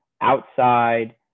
outside